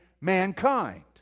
mankind